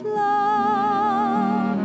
love